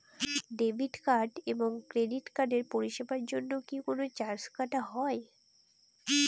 Debit card এবং credit কার্ডের পরিষেবার জন্য কি কোন চার্জ কাটা হয়?